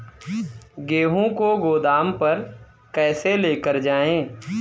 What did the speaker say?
गेहूँ को गोदाम पर कैसे लेकर जाएँ?